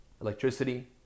electricity